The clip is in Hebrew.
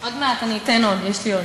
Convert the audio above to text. עוד מעט אני אתן עוד, יש לי עוד.